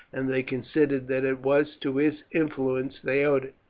and they considered that it was to his influence they owed it,